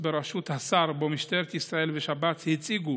בראשות השר שבו משטרת ישראל ושב"ס הציגו